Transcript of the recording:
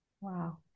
wow